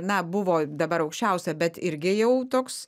na buvo dabar aukščiausia bet irgi jau toks